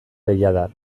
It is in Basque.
deiadar